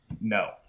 No